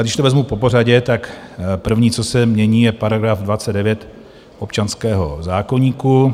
Ale když to vezmu popořadě, první, co se mění, je § 29 občanského zákoníku.